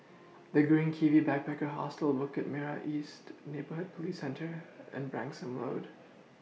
The Green Kiwi Backpacker Hostel Bukit Merah East Neighbourhood Police Centre and Branksome Road